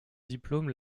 diplôme